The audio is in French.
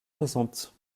soixante